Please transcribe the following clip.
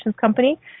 company